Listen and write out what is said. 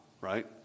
right